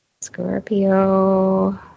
Scorpio